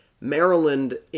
Maryland